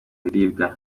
biribwa